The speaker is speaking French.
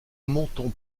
montons